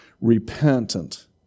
Repentant